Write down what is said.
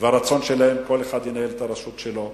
והרצון שלהם שכל אחד ינהל את הרשות שלו.